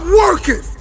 working